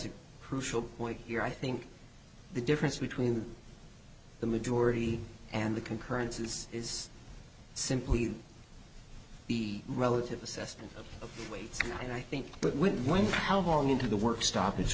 the crucial point here i think the difference between the majority and the concurrence is is simply the relative assessment of weights and i think that when one how long into the work stoppage